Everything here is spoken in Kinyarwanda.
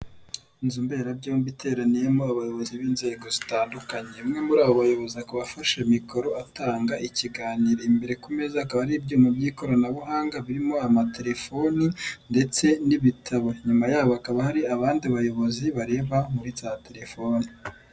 Inzu mberabyombi iteraniyemo abayobozi b'inzego zitandukanye, umwe muri abo bayobozi akaba afashe mikoro atanga ikiganiro, imbere ku meza hakaba hari ibyuma by'ikoranabuhanga birimo amatelefoni ndetse n'ibitabo, inyuma yabo hakaba hari abandi bayobozi bareba muri za telefoni.